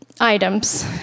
items